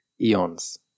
eons